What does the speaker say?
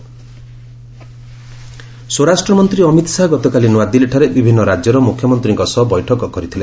HM CMs ସ୍ୱରାଷ୍ଟ୍ର ମନ୍ତ୍ରୀ ଅମିତ ଶାହା ଗତକାଲି ନୂଆଦିଲ୍ଲୀଠାରେ ବିଭିନ୍ନ ରାଜ୍ୟର ମୁଖ୍ୟମନ୍ତ୍ରୀଙ୍କ ସହ ବୈଠକ କରିଥିଲେ